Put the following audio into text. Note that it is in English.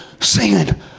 singing